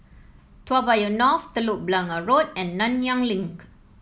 Toa Payoh North Telok Blangah Road and Nanyang Link